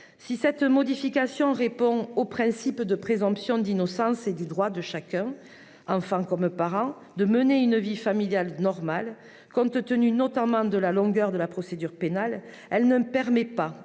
Si cette modification répond au principe de présomption d'innocence et au droit de chacun, enfant comme parent, de mener une vie familiale normale, elle ne permet pas, compte tenu notamment de la longueur de la procédure pénale, d'améliorer un